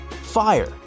fire